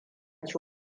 ci